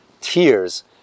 tears